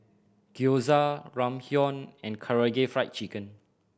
Gyoza Ramyeon and Karaage Fried Chicken